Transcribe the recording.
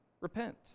Repent